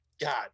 God